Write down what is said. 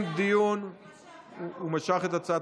הוא משך.